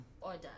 order